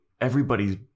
everybody's